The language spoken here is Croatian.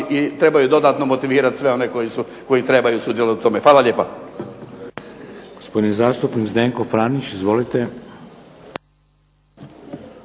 i treba dodatno motivirati sve one koji trebaju sudjelovati u svemu tome. Hvala lijepa.